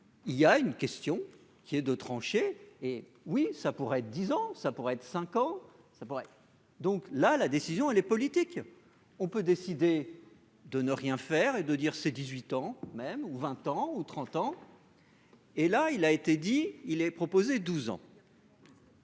Il y a une question qui est de trancher et oui, ça pourrait être, disons, ça pourrait être cinq ans, ça pourrait donc la la décision, elle est politique, on peut décider de ne rien faire et de dire ses 18 ans même ou 20 ans ou 30 ans. Et là, il a été dit, il est proposé 12 ans.